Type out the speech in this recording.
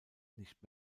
nicht